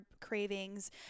cravings